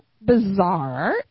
bizarre